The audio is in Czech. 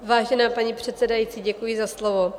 Vážená paní předsedající, děkuji za slovo.